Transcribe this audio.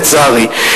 לצערי.